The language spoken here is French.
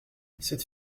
cette